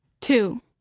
Two